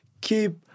Keep